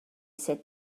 said